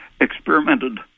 experimented